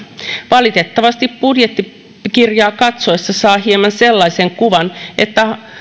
valitettavasti budjettikirjaa katsoessaan saa hieman sellaisen kuvan että